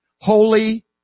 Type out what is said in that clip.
holy